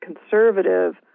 conservative